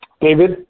David